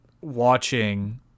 watching